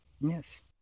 yes